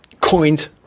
coined